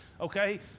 okay